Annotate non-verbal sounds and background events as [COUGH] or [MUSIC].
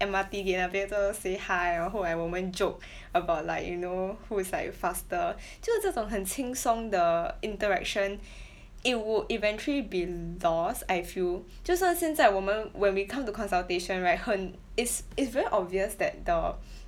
M_R_T gate 那边真的 say hi 然后 like 我们 joke [BREATH] about like you know who's like faster [BREATH] 就是这种很轻松的 interaction [BREATH] it would eventually be lost I feel [BREATH] 就算现在我们 when we come to consultation right 很 is it's very obvious that the [BREATH]